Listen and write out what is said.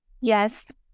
Yes